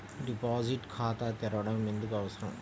Deposit ఖాతా తెరవడం ఎందుకు అవసరం?